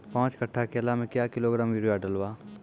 पाँच कट्ठा केला मे क्या किलोग्राम यूरिया डलवा?